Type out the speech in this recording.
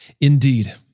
Indeed